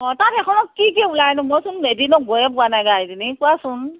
অঁ তাত সেইখনত কি কি ওলাইনো মইচোন এদিনো গৈয়ে পোৱা নাই এনেই কোৱাচোন